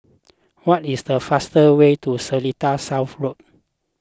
what is the fastest way to Seletar South Road